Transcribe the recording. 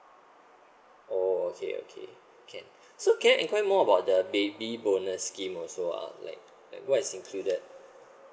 oh okay okay can so can I inquire more about the baby bonus scheme also ah like like what is included